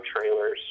trailers